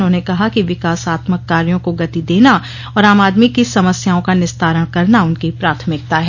उन्होने कहा कि विकासात्मक कार्यो को गति देना और आम आदमी की समस्याओं का निस्तारण करना उनकी प्राथमिकता है